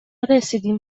رسیدیم